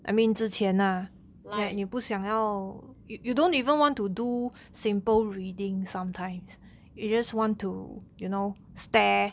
like